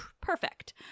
Perfect